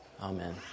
Amen